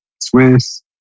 Swiss